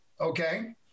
okay